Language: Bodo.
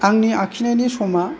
आंनि आखिनायनि समआ